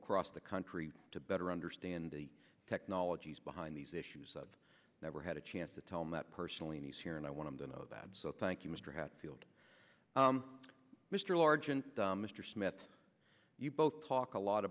across the country to better understand the technologies behind these issues i never had a chance to tell him that personally and he's here and i want him to know that so thank you mr hatfield mr large and mr smith you both talk a lot